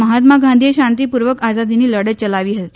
મહાત્મા ગાંધીએ શાંતિપૂર્વક આઝાદીની લડત ચલાવી હતી